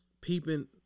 peeping